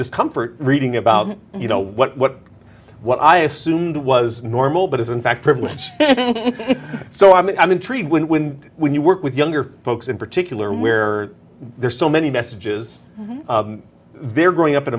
discomfort reading about you know what what i assumed was normal but is in fact privilege so i mean i'm intrigued when wind when you work with younger folks in particular where there's so many messages they're growing up in